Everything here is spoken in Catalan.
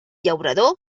llaurador